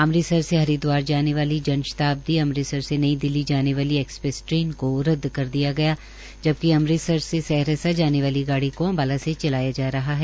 अमृतसर से हरिदवार जाने वाली जन शताब्दी अमृतसर से नई दिल्ली जाने वाली एक्सप्रेस ट्रेन को रदद कर दिया गया जबकि अमृतसर से सहरसा जाने वाली गाड़ी को अम्बाला से चलाया जा रहा है